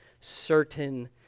certain